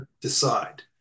decide